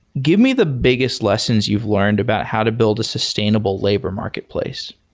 give me the biggest lessons you've learned about how to build a sustainable labor marketplace